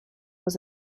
was